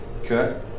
Okay